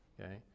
Okay